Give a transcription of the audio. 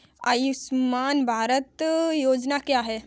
आयुष्मान भारत योजना क्या है?